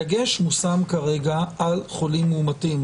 הדגש מושם כרגע על חולים מאומתים.